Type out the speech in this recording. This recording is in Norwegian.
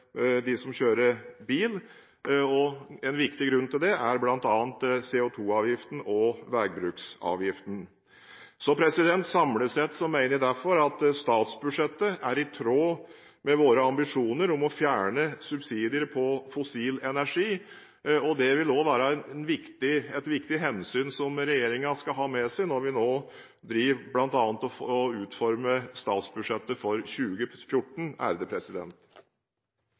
bil. En viktig grunn til det er bl.a. CO2-avgiften og vegbruksavgiften. Samlet sett mener jeg derfor at statsbudsjettet er i tråd med våre ambisjoner om å fjerne subsidier på fossil energi. Det vil også være et viktig hensyn som regjeringen skal ha med seg når vi nå utformer statsbudsjettet for 2014. Jeg takker statsråden for